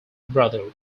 brother